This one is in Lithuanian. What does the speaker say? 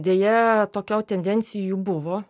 deja tokio tendencijų buvo